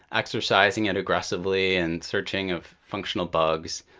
exercising it aggressively and searching of functional bugs,